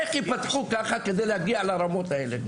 איך יתפחו ככה כדי להגיע לרמות האלה,